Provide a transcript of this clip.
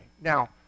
Now